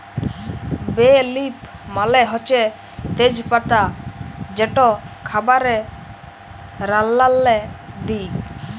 বে লিফ মালে হছে তেজ পাতা যেট খাবারে রাল্লাল্লে দিই